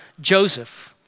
Joseph